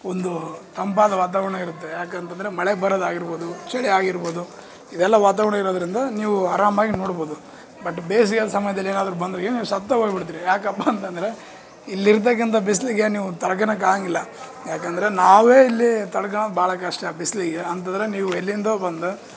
ಒಂದು ತಂಪಾದ ವಾತಾವರಣ ಇರುತ್ತೆ ಯಾಕೆಂತಂದ್ರೆ ಮಳೆ ಬರೋದಾಗಿರಬೋದು ಚಳಿ ಆಗಿರಬೋದು ಇವೆಲ್ಲ ವಾತಾವರಣ ಇರೋದರಿಂದ ನೀವು ಅರಾಮಾಗಿ ನೋಡಬೋದು ಬಟ್ ಬೇಸಿಗೆ ಸಮಯದಲ್ಲಿ ಏನಾದ್ರು ಬಂದ್ರಿ ನೀವು ಸತ್ತೇ ಹೋಗಿಬಿಡ್ತೀರಿ ಯಾಕಪ್ಪ ಅಂತಂದ್ರೆ ಇಲ್ಲಿ ಇರ್ತಕ್ಕಂಥ ಬಿಸಿಲಿಗೆ ನೀವು ತಡ್ಕೊಳೋಕ್ಕೆ ಆಗಂಗಿಲ್ಲ ಯಾಕೆಂದ್ರೆ ನಾವೇ ಇಲ್ಲಿ ತತಡ್ಕೊಳೋದು ಭಾಳ ಕಷ್ಟ ಬಿಸಿಲಿಗೆ ಅಂಥದ್ರಾಗ ನೀವು ಎಲ್ಲಿಂದೋ ಬಂದು